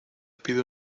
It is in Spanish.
pido